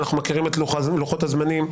אנחנו מכירים את לוחות הזמנים,